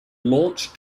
launch